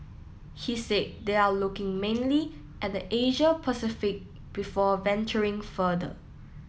he said they are looking mainly at the Asia Pacific before venturing further